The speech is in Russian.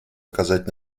оказать